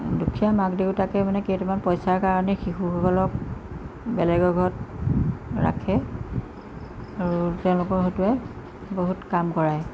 দুখীয়া মাক দেউতাকে মানে কেইটামান পইচাৰ কাৰণে শিশুসকলক বেলেগৰ ঘৰত ৰাখে আৰু তেওঁলোকৰ হতুৱাই বহুত কাম কৰাই